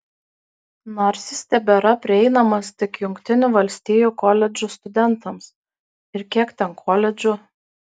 nors jis tebėra prieinamas tik jungtinių valstijų koledžų studentams ir kiek ten koledžų